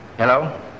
Hello